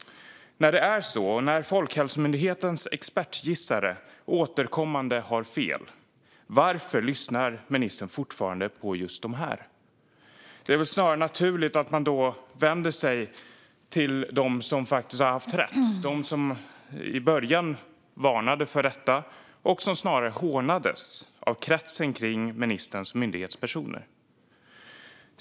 När Folkhälsomyndighetens expertgissare återkommande har fel, varför lyssnar ministern fortfarande just på dem? Det skulle väl snarare vara naturligt att då vända sig till dem som faktiskt har haft rätt - de som i början varnade för detta och som snarast hånades av kretsen kring ministerns myndighetspersoner.